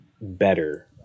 better